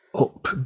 up